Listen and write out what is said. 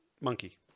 monkey